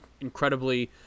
incredibly